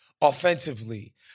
offensively